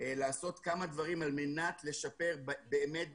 לעשות כמה דברים על-מנת לשפר באמת,